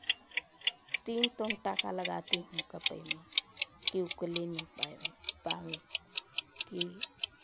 तीन तीन टाँका लगाती हूँ कपड़े में कि वो खुल ही ना पाए पावे कि